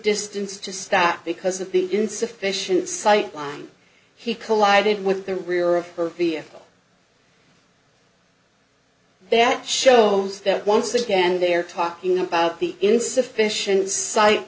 distance to stop because of the insufficient sight line he collided with the rear of her vehicle that shows that once again they're talking about the insufficient si